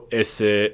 esse